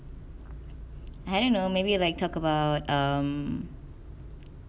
I don't know maybe like talk about um